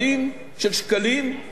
איזה מיליארדים?